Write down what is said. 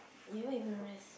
you haven't even rest